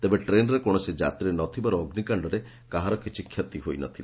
ତେବେ ଟ୍ରେନ୍ରେ କୌଣସି ଯାତ୍ରୀ ନ ଥିବାରୁ ଅଗ୍ନିକାଣ୍ଡରେ କାହାର କିଛି କ୍ଷତି ହୋଇନଥିଲା